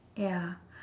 ya